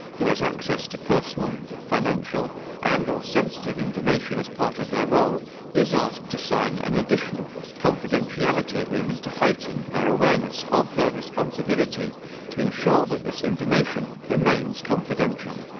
who has access to personal, financial and or sensitive information as part of their role is asked to sign an additional confidentiality agreement to heighten their awareness of their responsibility to ensure that this information remains confidential.